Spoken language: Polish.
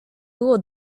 było